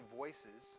voices